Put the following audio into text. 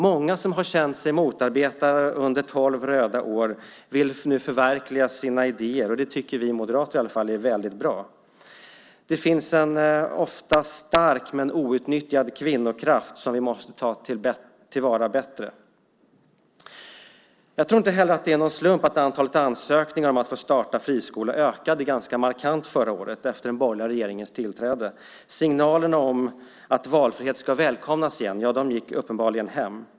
Många som under tolv röda år känt sig motarbetade vill nu förverkliga sina idéer. Det tycker i alla fall vi moderater är väldigt bra. Det finns dessutom en ofta stark men outnyttjad kvinnokraft som vi bättre måste ta till vara. Jag tror inte att det är någon slump att antalet ansökningar om att få starta friskolor ganska markant ökade förra året efter den borgerliga regeringens tillträde. Signalerna om att valfrihet återigen ska välkomnas gick uppenbarligen hem.